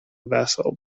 vessel